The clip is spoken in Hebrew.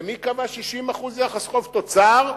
ומי קבע 60% יחס חוב תוצר?